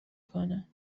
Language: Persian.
کنه